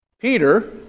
Peter